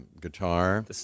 Guitar